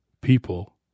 people